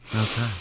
Okay